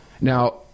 Now